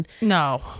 No